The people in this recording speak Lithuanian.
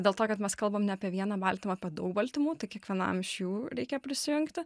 dėl to kad mes kalbam ne apie vieną baltymą apie daug baltymų tai kiekvienam iš jų reikia prisijungti